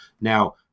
Now